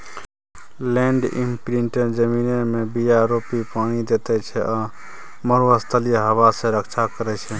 land imprinter जमीनमे बीया रोपि पानि दैत छै आ मरुस्थलीय हबा सँ रक्षा करै छै